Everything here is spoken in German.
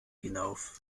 hinauf